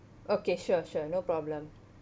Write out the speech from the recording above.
okay sure sure no problem